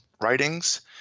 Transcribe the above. writings